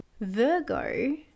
virgo